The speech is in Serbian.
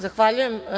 Zahvaljujem.